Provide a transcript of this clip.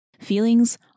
Feelings